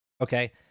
Okay